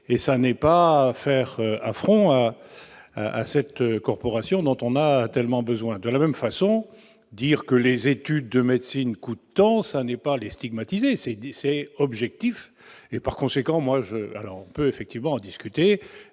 et ça n'est pas faire affront à cette corporation dont on a tellement besoin de la même façon, dire que les études de médecine coûtant ça n'est pas les stigmatiser CDC objectif et, par conséquent, moi je, alors on peut effectivement discuter